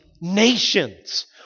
nations